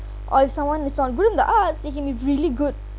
or if someone is not good in the arts they can be really good